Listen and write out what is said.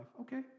Okay